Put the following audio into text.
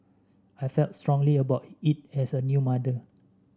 I felt strongly about it as a new mother